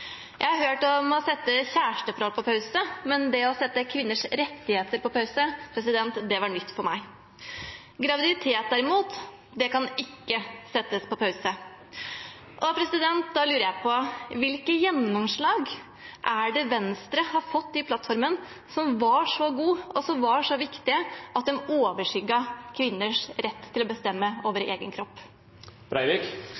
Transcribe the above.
Jeg har hørt om å sette kjæresteforhold på pause, men det å sette kvinners rettigheter på pause var nytt for meg. Graviditet, derimot, kan ikke settes på pause. Da lurer jeg på: Hvilke gjennomslag er det Venstre har fått i plattformen som var så gode og viktige at de overskygget kvinners rett til å bestemme